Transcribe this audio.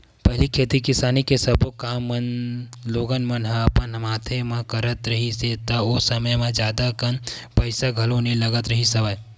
पहिली खेती किसानी के सब्बो काम मन लोगन मन ह अपन हाथे म करत रिहिस हे ता ओ समे म जादा कन पइसा घलो नइ लगत रिहिस हवय